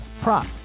prop